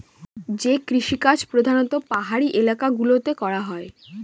যে কৃষিকাজ প্রধানত পাহাড়ি এলাকা গুলোতে করা হয়